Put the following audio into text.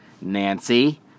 Nancy